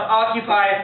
occupy